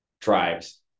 tribes